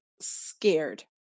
scared